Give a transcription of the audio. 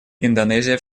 индонезия